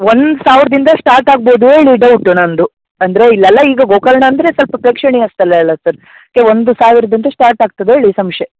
ಒಂದು ಸಾವಿರದಿಂದ ಸ್ಟಾರ್ಟ್ ಆಗ್ಬೋದು ಹೇಳಿ ಡೌಟು ನನ್ದು ಅಂದರೆ ಇಲ್ಲಲ್ಲ ಈಗ ಗೋಕರ್ಣ ಅಂದರೆ ಸ್ವಲ್ಪ ಪ್ರೇಕ್ಷಣೀಯ ಸ್ಥಳ ಅಲ್ಲ ಸರ್ ಅದಕ್ಕೆ ಒಂದು ಸಾವಿರದಿಂದ ಸ್ಟಾರ್ಟ್ ಆಗ್ತದೆ ಹೇಳಿ ಸಂಶಯ